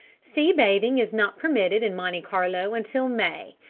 sea bathing is not permitted in monte carlo until may,